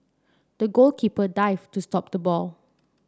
the goalkeeper dived to stop the ball